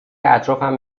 اطرافم